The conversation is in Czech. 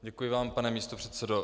Děkuji vám, pane místopředsedo.